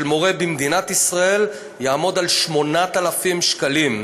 מורה במדינת ישראל תעמוד על 8,000 שקלים.